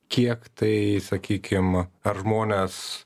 kiek tai sakykim ar žmonės